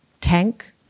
tank